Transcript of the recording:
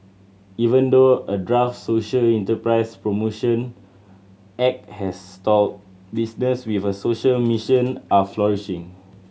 even though a draft social enterprise promotion act has stalled business with a social mission are flourishing